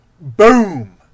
boom